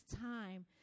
time